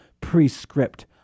prescript